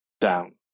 down